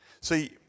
See